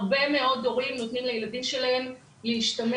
הרבה מאוד הורים נותנים לילדים שלהם להשתמש